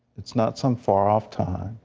it's not some far-off time,